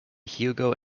hugo